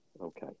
Okay